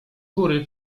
góry